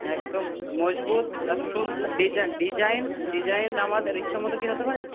একদম মজবুত আর design design design আমাদের ইচ্ছা মতো কি হতে পারে